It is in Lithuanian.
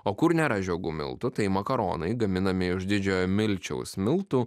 o kur nėra žiogų miltų tai makaronai gaminami iš didžiojo milčiaus miltų